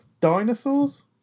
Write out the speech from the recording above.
dinosaurs